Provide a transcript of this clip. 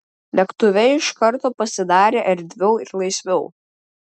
lėktuve iš karto pasidarė erdviau ir laisviau